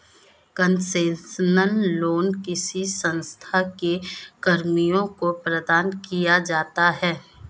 concessional loan किसी संस्था के कर्मियों को प्रदान किया जाता है